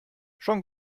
schon